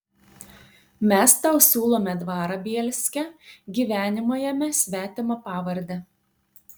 mes tau siūlome dvarą bielske gyvenimą jame svetima pavarde